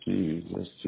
Jesus